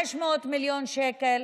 500 מיליון שקל,